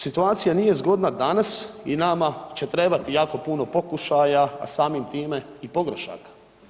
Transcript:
Situacija nije zgodna danas i nama će trebati jako puno pokušaja, a samim time i pogrešaka.